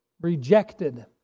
rejected